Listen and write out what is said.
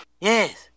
Yes